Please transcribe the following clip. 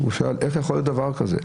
הוא שאל, איך יכול להיות דבר כזה?